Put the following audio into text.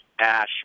Ash